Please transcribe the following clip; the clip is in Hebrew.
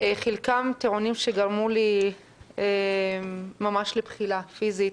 חלקם טיעונים שגרמו לי ממש לבחילה פיזית,